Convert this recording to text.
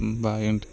బాగా